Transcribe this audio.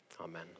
Amen